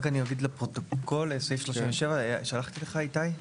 רק אני אגיד לפרוטוקול, סעיף 37, שלחתי לך, איתי.